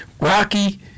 Rocky